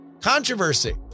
controversy